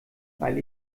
weil